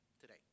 today